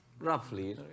Roughly